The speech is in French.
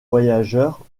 voyageurs